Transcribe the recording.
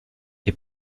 est